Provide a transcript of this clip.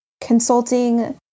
consulting